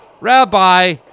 Rabbi